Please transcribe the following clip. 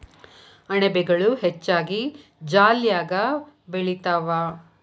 ಅಣಬೆಗಳು ಹೆಚ್ಚಾಗಿ ಜಾಲ್ಯಾಗ ಬೆಳಿತಾವ